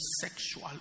sexual